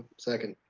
second.